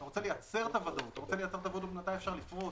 אתה רוצה לייצר את הוודאות מתי אפשר לפרוס,